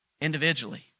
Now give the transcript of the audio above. Individually